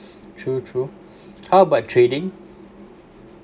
true true how about trading